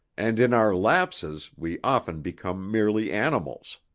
and in our lapses we often become merely animals.